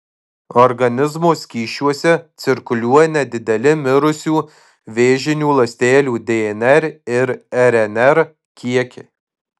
organizmo skysčiuose cirkuliuoja nedideli mirusių vėžinių ląstelių dnr ir rnr kiekiai